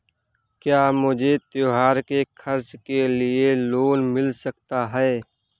क्या मुझे त्योहार के खर्च के लिए लोन मिल सकता है?